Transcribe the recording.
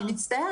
אני מצטערת,